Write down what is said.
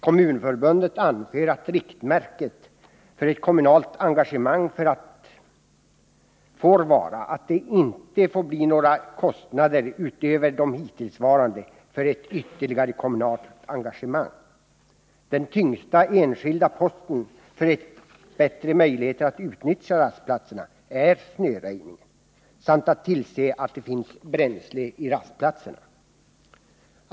Kommunförbundet anför att riktmärket för ett ytterligare kommunalt engagemang måste vara att det inte uppstår några kostnader utöver de hittillsvarande. Den tyngsta enskilda posten när det gäller att åstadkomma bättre möjligheter att utnyttja rastplatserna utgör snöröjningen och ansvaret för bränsletillgången vid rastplatserna.